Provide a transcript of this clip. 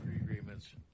agreements